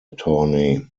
attorney